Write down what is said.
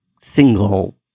single